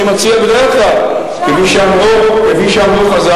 אני מציע, בדרך כלל, כפי שאמרו חז"ל: